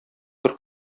бер